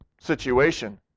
situation